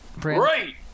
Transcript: Great